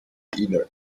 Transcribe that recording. inner